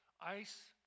ice